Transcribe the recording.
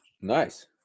Nice